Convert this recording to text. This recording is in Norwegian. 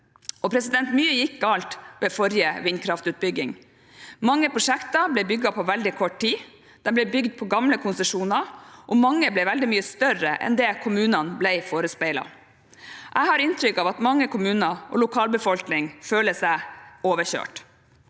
endre. Mye gikk galt ved forrige vindkraftutbygging. Mange prosjekter ble bygd på veldig kort tid. De ble bygd på gamle konsesjoner, og mange ble veldig mye større enn det kommunene ble forespeilet. Jeg har inntrykk av at mange kommuner og lokalbefolkningen der føler seg overkjørt.